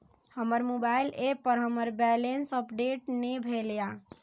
हमर mobile app पर हमर बैलेंस अपडेट ने भेल या